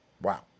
Wow